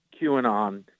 QAnon